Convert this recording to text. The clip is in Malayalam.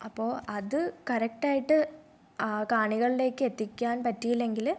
അപ്പോൾ അത് കറക്റ്റായിട്ട് ആ കാണികളിലേക്ക് എത്തിക്കാൻ പറ്റിയില്ലെങ്കിൽ